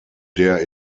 der